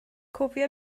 cofia